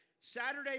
Saturday